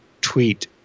tweet